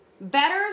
Better